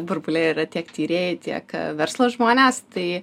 burbule yra tiek tyrėjai tiek verslo žmonės tai